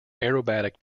aerobatic